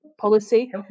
policy